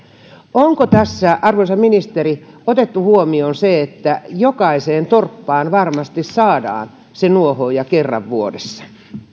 onko tässä arvoisa ministeri otettu huomioon se että jokaiseen torppaan varmasti saadaan se nuohooja kerran vuodessa